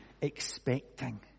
expecting